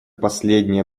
последнее